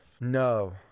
No